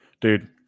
dude